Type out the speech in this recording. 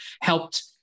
helped